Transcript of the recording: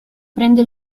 prende